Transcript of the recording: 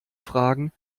fragen